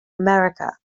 america